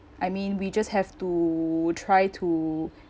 I mean we just have to try to